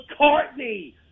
McCartney